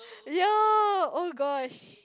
yeah oh gosh